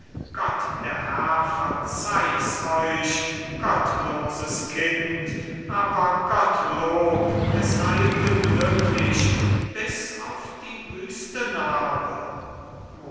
gott der herr verzeih's euch gottloses kind aber gottlob es heilte glücklich bis auf die wüste narbe